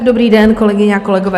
Dobrý den, kolegyně, kolegové.